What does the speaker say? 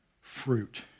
fruit